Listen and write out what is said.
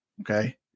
Okay